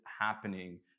happening